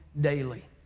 daily